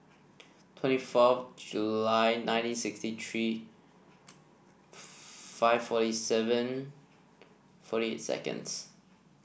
twenty four July nineteen sixty three five forty seven forty eight seconds